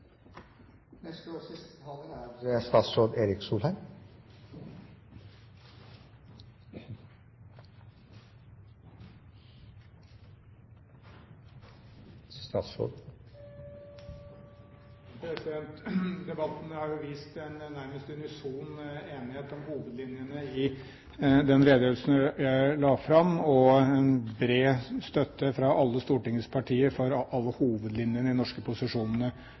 Debatten har jo vist en nærmest unison enighet om hovedlinjene i den redegjørelsen jeg la fram, og bred støtte fra alle Stortingets partier til alle hovedlinjene i de norske posisjonene